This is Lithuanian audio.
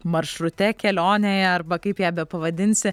maršrute kelionėje arba kaip ją bepavadinsi